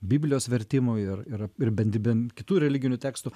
biblijos vertimu ir ir ir bend ben kitų religinių tekstų